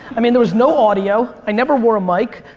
i mean there was no audio. i never wore a mic.